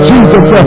Jesus